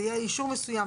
זה יהיה אישור מסוים,